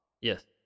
Yes